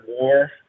more